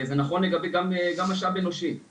וזה נכון גם למשאב אנושי.